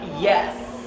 Yes